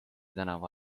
tänava